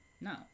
No